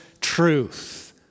truth